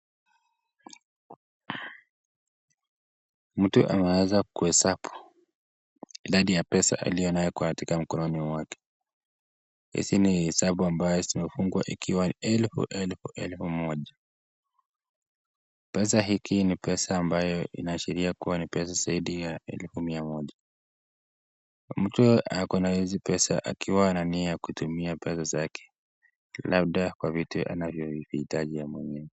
Mtu anaweza kuhesabu idadi ya pesa aliyo nayo katika mkononi mwake. Hizi ni hesabu ambaye imefungwa ikiwa elfu, elfu ,elfu moja. Pesa hiki ni pesa ambaye inaashiria kuwa ni pesa zaidi ya elfu mia moja. Mtu Ako na hizi pesa akiwa ana nia ya kutumia pesa zake labda kwa vitu anavyo itaji yeye mwenyewe.